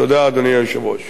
תודה, אדוני היושב-ראש.